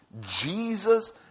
Jesus